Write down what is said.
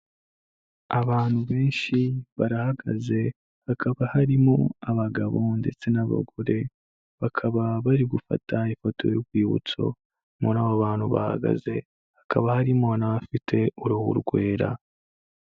Abantu benshi barahagaze, hakaba harimo abagabo ndetse n'abagore, bakaba bari gufata ifoto y'urwibutso. Muri aba bantu bahagaze hakaba harimo n'abafite uruhu rwera.